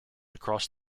across